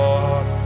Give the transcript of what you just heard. Lord